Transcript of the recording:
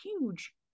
huge